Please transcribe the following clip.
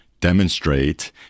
demonstrate